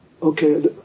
Okay